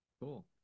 Cool